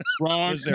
Wrong